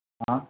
હા